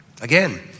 Again